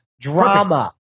Drama